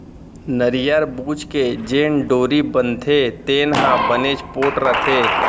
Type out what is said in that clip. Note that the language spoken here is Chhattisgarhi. नरियर बूच के जेन डोरी बनथे तेन ह बनेच पोठ रथे